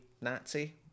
Nazi